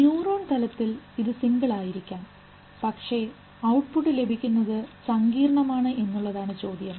neuron തലത്തിൽ ഇത് single ആയിരിക്കാം പക്ഷേ ഔട്ട്പുട്ട് ലഭിക്കുന്നത് സങ്കീർണമാണ് എന്നുള്ളതാണ് ചോദ്യം